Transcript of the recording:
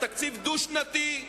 בתקציב דו-שנתי,